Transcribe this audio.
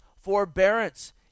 forbearance